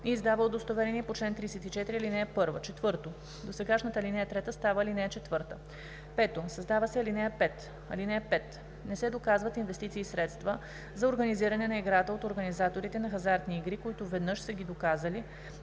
и издава удостоверение по чл. 34, ал. 1“. 4. Досегашната ал. 3 става ал. 4. 5. Създава се ал. 5: „(5) Не се доказват инвестиции и средства за организиране на играта от организаторите на хазартни игри, които веднъж са ги доказали